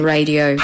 Radio